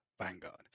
vanguard